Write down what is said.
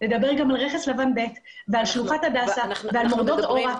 לדבר גם על רכס לבן ועל שלוחת הדסה ועל מורדות אורה.